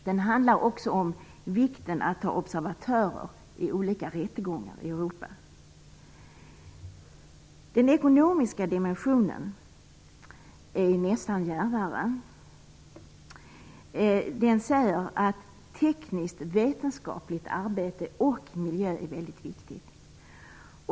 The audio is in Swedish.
Den handlar också om vikten av att ha observatörer vid olika rättegångar i Den ekonomiska dimensionen är nästan djärvare. Den säger att tekniskt, vetenskapligt arbete och miljö är väldigt viktigt.